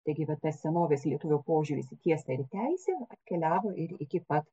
taigi va tas senovės lietuvio požiūris į tiesą ir teisė atkeliavo ir iki pat